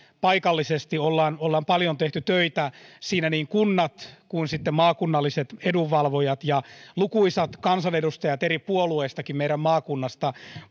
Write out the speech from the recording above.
paikallisesti ollaan ollaan paljon tehty töitä siinä niin kunnat kuin maakunnalliset edunvalvojat ja lukuisat kansanedustajat eri puolueistakin meidän maakunnasta